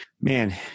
man